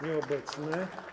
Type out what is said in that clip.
Nieobecny.